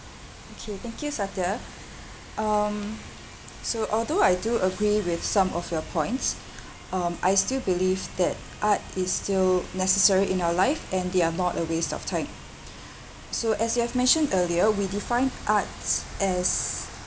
okay thank you satya um so although I do agree with some of your points um I still believe that art is still necessary in our life and they are not a waste of time so as you have mentioned earlier we define arts as